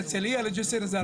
מהרצליה לג'סר א-זרקא.